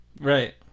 Right